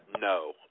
No